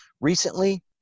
Recently